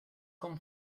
con